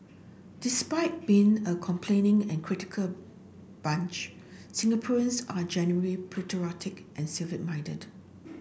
despite being a complaining and critical bunch Singaporeans are generally patriotic and civic minded